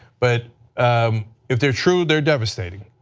but um if they are true, they are devastating.